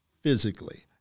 physically